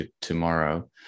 tomorrow